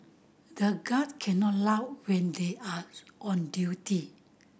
the guards cannot laugh when they are on duty